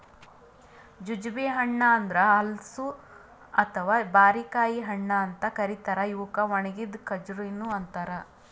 jujube ಹಣ್ಣ ಅಂದುರ್ ಹಲಸು ಅಥವಾ ಬಾರಿಕಾಯಿ ಹಣ್ಣ ಅಂತ್ ಕರಿತಾರ್ ಇವುಕ್ ಒಣಗಿದ್ ಖಜುರಿನು ಅಂತಾರ